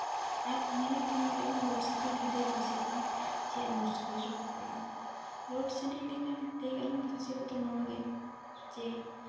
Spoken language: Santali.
ᱟᱨ ᱧᱮᱞᱚᱜ ᱠᱟᱱ ᱱᱸᱰᱮ ᱞᱳᱰ ᱥᱮᱰᱤᱝ ᱠᱷᱟᱹᱛᱤᱨ ᱪᱟᱹᱥᱤ ᱠᱚᱫᱚ ᱪᱮᱫ ᱢᱩᱥᱠᱤᱞ ᱨᱮᱠᱚ ᱯᱟᱲᱟᱜᱼᱟ ᱞᱳᱰ ᱥᱮᱰᱤᱝ ᱞᱮᱠᱷᱟᱱ ᱞᱟᱹᱭ ᱜᱟᱱᱚᱜᱼᱟ ᱪᱟᱹᱥᱤ ᱠᱚᱫᱚ ᱱᱚᱣᱟᱜᱮ ᱡᱮ